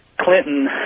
Clinton